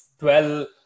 12